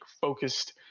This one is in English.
focused